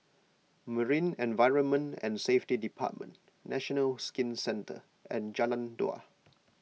Marine Environment and Safety Department National Skin Centre and Jalan Dua